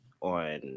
on